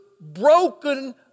broken